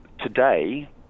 Today